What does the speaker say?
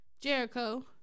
Jericho